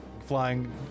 Flying